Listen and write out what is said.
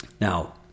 Now